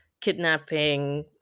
kidnapping